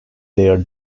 their